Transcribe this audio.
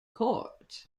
court